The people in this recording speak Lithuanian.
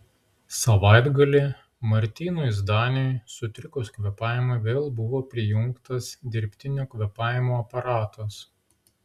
savaitgalį martynui zdaniui sutrikus kvėpavimui vėl buvo prijungtas dirbtinio kvėpavimo aparatas